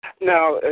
Now